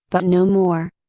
but no more.